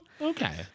Okay